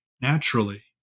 naturally